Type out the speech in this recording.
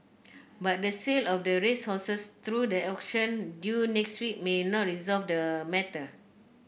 but the sale of the racehorses through the auction due next week may not resolve the matter